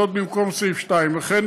במקום סעיף 2. לכן,